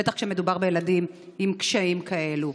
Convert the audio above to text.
בטח כשמדובר בילדים עם קשיים כאלה.